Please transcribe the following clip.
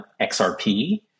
XRP